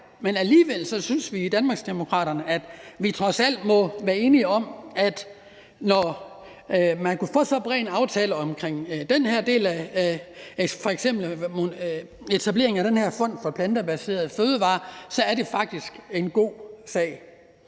Men alligevel synes vi i Danmarksdemokraterne, at vi trods alt må være enige om, at når man kunne få så bred en aftale omkring den her del, f.eks. etablering af den her fond for plantebaserede fødevarer, så er det faktisk en god sag.